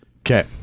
Okay